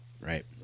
Right